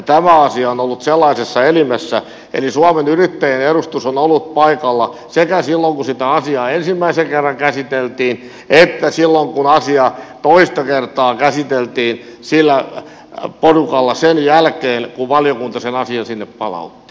tämä asia on ollut sellaisessa elimessä eli suomen yrittäjien edustus on ollut paikalla sekä silloin kun sitä asiaa ensimmäisen kerran käsiteltiin että silloin kun asiaa toista kertaa käsiteltiin sillä porukalla sen jälkeen kun valiokunta sen asian sinne palautti